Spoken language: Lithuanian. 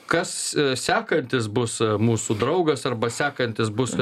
kas sekantis bus mūsų draugas arba sekantis bus